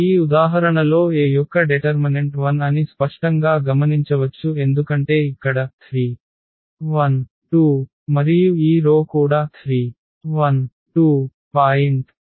ఈ ఉదాహరణలో A యొక్క డెటర్మనెంట్ 0 అని స్పష్టంగా గమనించవచ్చు ఎందుకంటే ఇక్కడ 3 1 2 మరియు ఈ రో కూడా 3 1 2